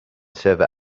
server